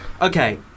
Okay